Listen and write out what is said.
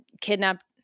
kidnapped –